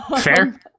Fair